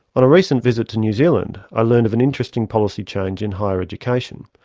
a recent visit to new zealand i learned of an interesting policy change in higher education.